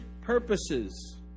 purposes